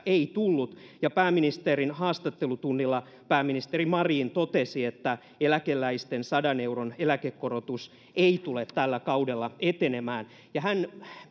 ei tullut ja pääministerin haastattelutunnilla pääministeri marin totesi että eläkeläisten sadan euron eläkekorotus ei tule tällä kaudella etenemään hän